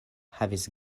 havis